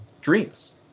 dreams